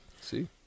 see